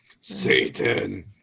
satan